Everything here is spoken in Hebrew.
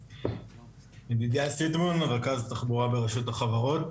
ידידיה סיתבון, רכז תחבורה ברשות החברות.